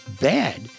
bad